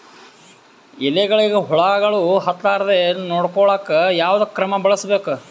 ಎಲೆಗಳಿಗ ಹುಳಾಗಳು ಹತಲಾರದೆ ನೊಡಕೊಳುಕ ಯಾವದ ಕ್ರಮ ಬಳಸಬೇಕು?